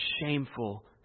shameful